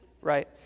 Right